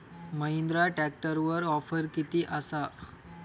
महिंद्रा ट्रॅकटरवर ऑफर किती आसा?